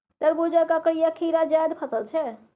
तरबुजा, ककरी आ खीरा जाएद फसल छै